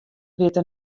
witte